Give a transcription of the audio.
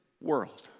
world